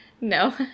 no